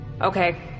Okay